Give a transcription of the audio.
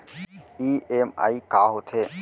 EMI का होथे?